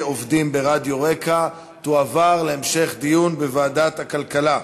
עובדים ברדיו רק"ע תועבר להמשך דיון בוועדת הכלכלה.